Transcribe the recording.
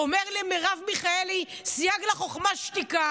אומר למרב מיכאלי "סייג לחוכמה שתיקה",